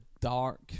dark